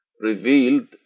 revealed